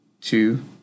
two